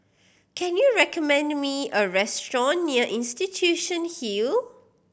can you recommend me a restaurant near Institution Hill